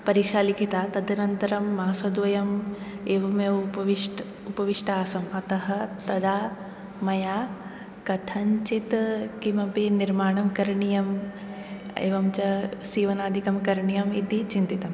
परीक्षा लिखिता तदनन्तरं मासद्वयं एवमेव उपविष्ट उपविष्टासम् अतः तदा मया कथञ्चित् किमपि निर्माणं करणीयम् एवञ्च सीवनादिकं करणीयम् इति चिन्तितम्